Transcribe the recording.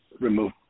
remove